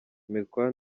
melchior